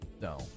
No